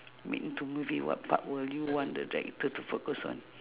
make into movie what part will you want the director to focus on